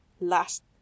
Last